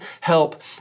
help